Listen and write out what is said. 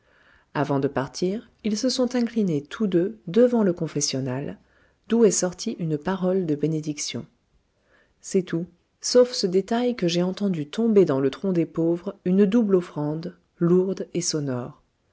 avant de partir ils se sont inclinés tous deux devant le confessionnal d'où est sorti une parole de bénédiction c'est tout sauf ce détail que j'ai entendu tomber dans le tronc des pauvres une double offrande lourde et sonore